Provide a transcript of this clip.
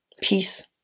peace